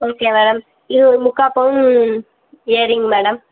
okay madam இது ஒரு முக்கால் பவுன் இயரிங் மேடம்